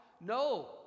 No